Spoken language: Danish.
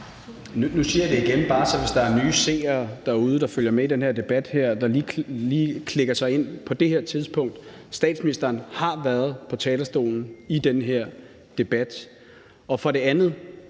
Nu siger jeg det igen, bare hvis der er nye seere derude, der følger med i den her debat, og som lige klikker sig ind på det her tidspunkt: Statsministeren har været på talerstolen i den her debat. For det andet: